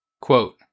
Quote